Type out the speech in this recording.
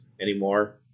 anymore